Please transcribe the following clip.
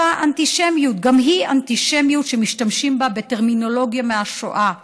אותה אנטישמיות היא אנטישמיות שמשתמשים בה בטרמינולוגיה מהשואה.